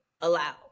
allow